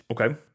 Okay